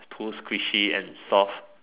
too squishy and soft